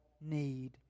need